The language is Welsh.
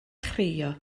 chrio